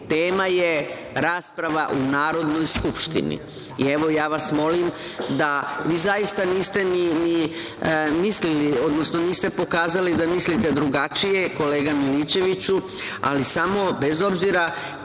Tema je rasprava u Narodnoj skupštini. Evo, ja vas molim da, vi zaista niste ni mislili, odnosno niste pokazali da mislite da drugačije, kolega Milićeviću, ali samo, bez obzira